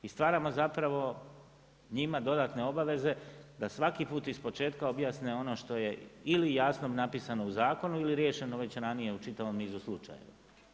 I stvaramo zapravo njima dodatne obaveze, da svaki put iz početka objasne ono što je ili jasno napisano u zakonu ili riješeno već ranije u čitavom nizu slučaja.